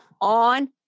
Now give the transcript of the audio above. on